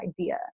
idea